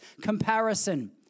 comparison